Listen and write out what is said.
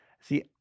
See